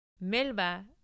Melba